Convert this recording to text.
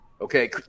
okay